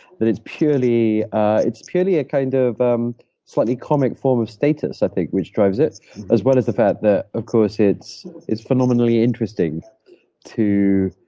it's purely ah it's purely a kind of um slightly comic form of status, i think, which drives it as well as the fact that of course it's it's phenomenally interesting to